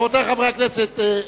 רבותי חברי הכנסת,